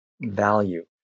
value